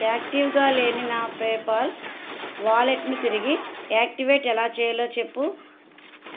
యాక్టివ్గా లేని నా పేపాల్ వాలెట్ను తిరిగి యాక్టివేట్ ఎలా చేయాలో చెప్పుము